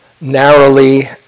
narrowly